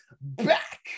back